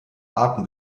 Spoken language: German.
arten